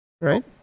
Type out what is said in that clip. Right